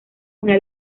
una